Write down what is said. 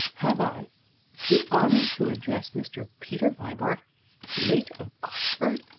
have i the honor to address mr. peter vibart late of oxford?